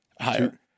higher